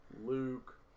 luke